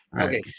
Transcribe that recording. Okay